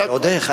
בטח, ועוד איך.